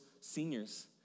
seniors